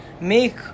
Make